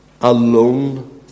alone